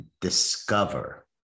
discover